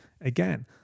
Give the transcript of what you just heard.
again